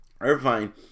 Irvine